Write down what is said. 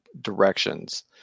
directions